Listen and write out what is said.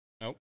Nope